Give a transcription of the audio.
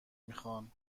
میخان